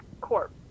Corp